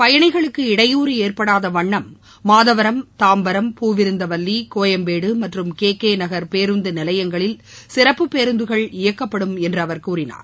பயணிகளுக்கு இடையூறு ஏற்படாத வண்ணம் மாதவரம் தாம்பரம் பூவிருந்தவல்லி கோயம்பேடு மற்றும் கே கே நகர் பேருந்து நிலையங்களில் சிறப்பு பேருந்துகள் இயக்கப்படும் என்று அவர் கூறினார்